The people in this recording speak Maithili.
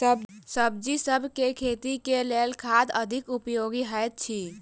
सब्जीसभ केँ खेती केँ लेल केँ खाद अधिक उपयोगी हएत अछि?